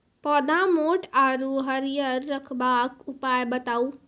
पौधा मोट आर हरियर रखबाक उपाय बताऊ?